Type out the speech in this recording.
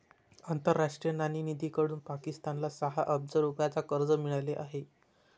आंतरराष्ट्रीय नाणेनिधीकडून पाकिस्तानला सहा अब्ज रुपयांचे कर्ज मिळाले आहे